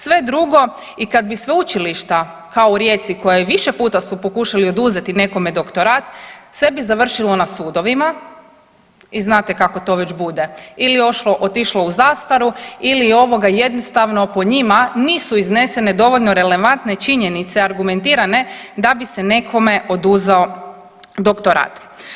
Sve drugo i kad bi sveučilišta kao u Rijeci koja više puta su pokušali oduzeti nekome doktorat sve bi završilo na sudovima i znate kako to već bude, ili ošlo, otišlo u zastaru ili ovoga jednostavno po njima nisu izneseno dovoljno relevantne činjenice argumentirane da bi se nekome oduzeo doktorat.